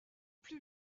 plu